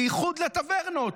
בייחוד לטברנות,